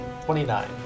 29